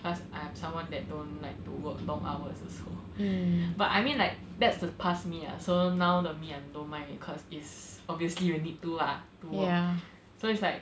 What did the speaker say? cause I am someone that don't like to work long hours also but I mean like that's the past me lah so now the me I don't mind cause it's obviously you will need to lah to work ya so it's like